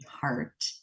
heart